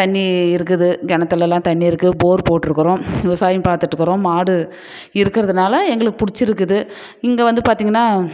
தண்ணி இருக்குது கிணத்துலலாம் தண்ணி இருக்குது போர் போட்டிருக்குறோம் விவசாயம் பார்த்துட்டுக்குறோம் மாடு இருக்கிறதுனால எங்களுக்கு பிடிச்சிருக்குது இங்கே வந்து பார்த்தீங்கன்னா